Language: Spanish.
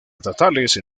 estatales